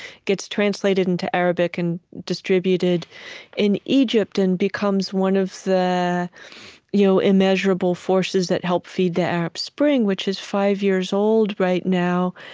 gets translated into arabic, and distributed in egypt, and becomes one of the you know immeasurable forces that help feed the arab spring, which is five years old right now.